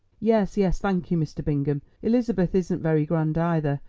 yes, yes, thank you, mr. bingham. elizabeth isn't very grand either,